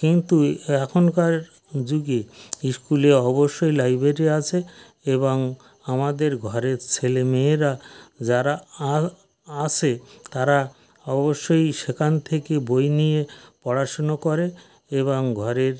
কিন্তু এখনকার যুগে স্কুলে অবশ্যই লাইব্রেরি আসে এবং আমাদের ঘরের ছেলে মেয়েরা যারা আসে তারা অবশ্যই সেখান থেকে বই নিয়ে পড়াশুনো করে এবং ঘরের